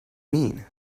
mean